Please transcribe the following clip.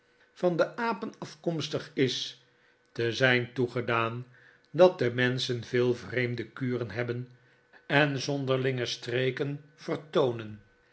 van de apen afkomstig is te zijn toegedaan dat de menschen veel vreemde kuren hebben en zonderlinge streken